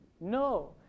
No